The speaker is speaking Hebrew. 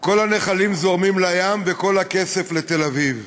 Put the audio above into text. כל הנחלים זורמים לים וכל הכסף, לתל-אביב.